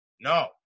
No